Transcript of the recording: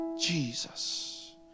Jesus